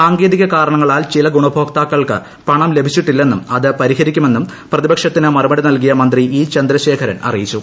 സാങ്കേതിക കാരണങ്ങളാൽ ചില ഗുണഭോക്താക്കൾക്ക് പണം ലഭിച്ചിട്ടില്ലെന്നും അത് പരിഹരിക്കുമെന്നും പ്രതിപക്ഷത്തിന് മറുപടി നൽകിയ ് മന്ത്രി ഇ ചന്ദ്രശേഖരൻ അറിയിച്ചു